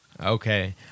Okay